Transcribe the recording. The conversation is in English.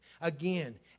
Again